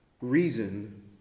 reason